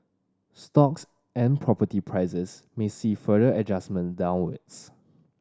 stocks and property prices may see further adjustment downwards